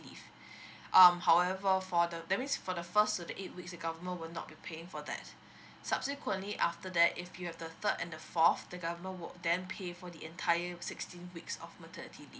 leave um however for the that means for the first to the eight which the government will not be paying for that subsequently after that if you have the third and the fourth the government will then pay for the entire sixteen weeks of maternity